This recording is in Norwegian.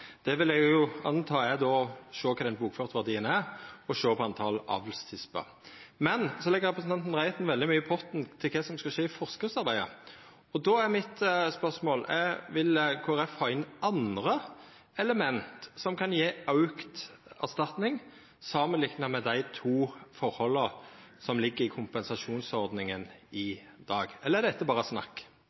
Det vil eg anta er å sjå kva den bokførte verdien er, og å sjå på talet på avlstisper. Men så legg representanten Reiten veldig mykje i potten til kva som skal skje i forskriftsarbeidet. Då er mitt spørsmål: Vil Kristeleg Folkeparti ha inn andre element som kan gje auka erstatning samanlikna med dei to forholda som ligg i kompensasjonsordninga i dag? Eller er dette berre snakk?